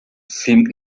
seemed